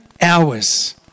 hours